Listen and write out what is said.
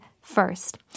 first